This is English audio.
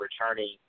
returning